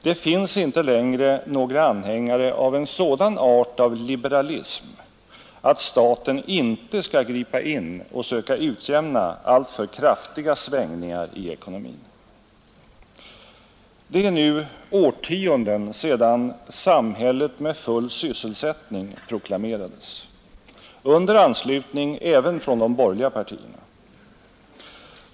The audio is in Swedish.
Det finns inte längre några anhängare av en sådan art av liberalism, att staten inte skall gripa in och söka utjämna alltför kraftiga svängningar i ekonomin. Det är nu årtionden sedan ”samhället med full sysselsättning” proklamerades under anslutning även från de borgerliga partierna.